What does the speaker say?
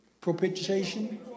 Propitiation